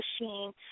machine